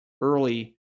early